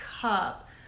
cup